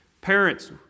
Parents